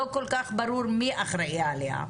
לא כל כך ברור מי אחראי עליה.